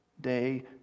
day